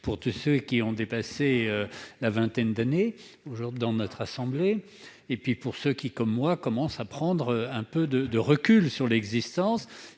pour tous ceux qui ont dépassé la vingtaine d'années aujourd'hui dans notre assemblée, et puis aussi pour ceux qui, comme moi, commencent à prendre un peu de recul sur l'existence.